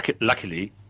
luckily